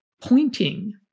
pointing